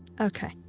Okay